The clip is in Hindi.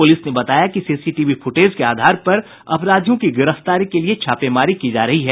पुलिस ने बताया कि सीसीटीवी फुटेज के आधार पर अपराधियों की गिरफ्तारी के लिए छापेमारी की जा रही है